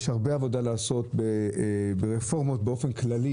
יש הרבה עבודה לעשות ברפורמות באופן כללי